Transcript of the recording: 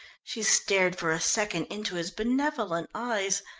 she stared for a second into his benevolent eyes,